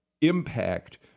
impact